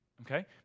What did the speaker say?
okay